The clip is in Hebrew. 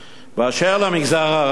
אשר למגזר הערבי,